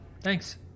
Thanks